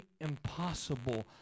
impossible